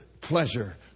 pleasure